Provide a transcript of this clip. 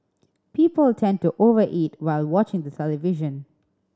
people tend to over eat while watching the television